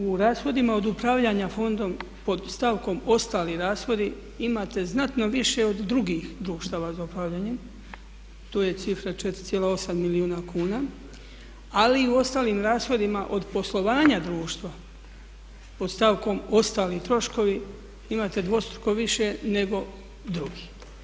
U rashodima od upravljanja fondom pod stavkom ostali rashodi imate znatno više od drugih društava za upravljanje, to je cifra 4,8 milijuna kuna ali u ostalim rashodima od poslovanja društva pod stavkom ostali troškovi imate dvostruko više nego drugi.